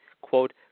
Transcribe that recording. quote